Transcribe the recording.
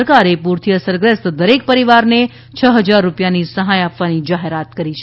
સરકારે પૂરથી અસરગ્રસ્ત દરેક પરિવારને છ હજાર રૂપિયાની સહાય આપવાની જાહેરાત કરી છે